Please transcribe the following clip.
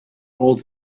old